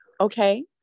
Okay